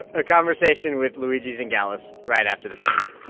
a conversation with luigi zingales right after the break